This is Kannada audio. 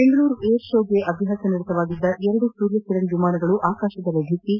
ಬೆಂಗಳೂರು ಏರ್ ಶೋಗೆ ಅಭ್ಯಾಸನಿರತವಾಗಿದ್ದ ಎರಡು ಸೂರ್ಯಕಿರಣ್ ವಿಮಾನಗಳು ಆಕಾಶದಲ್ಲಿ ಡಿಕ್ಕಿ